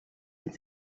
and